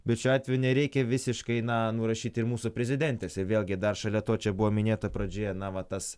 bet šiuo atveju nereikia visiškai na nurašyti ir mūsų prezidentės i vėlgi dar šalia to čia buvo minėta pradžioje na va tas